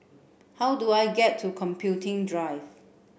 how do I get to Computing Drive